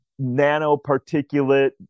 nanoparticulate